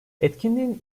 etkinliğin